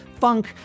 funk